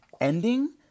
ending